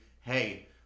hey